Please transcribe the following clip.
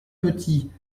petit